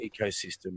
ecosystem